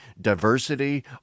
diversity